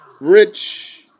rich